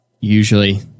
usually